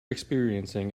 experiencing